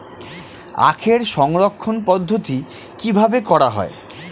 আখের সংরক্ষণ পদ্ধতি কিভাবে করা হয়?